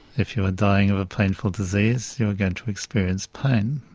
if you're dying of a painful disease you're going to experience pain.